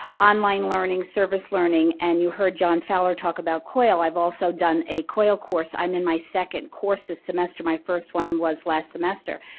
online learning, service learning, and you heard john fallor talk about coil, i've also done a coil course, i'm in my second course this semester, my first one was last semester,